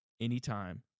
anytime